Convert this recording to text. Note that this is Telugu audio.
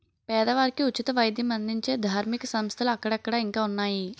పేదవారికి ఉచిత వైద్యం అందించే ధార్మిక సంస్థలు అక్కడక్కడ ఇంకా ఉన్నాయి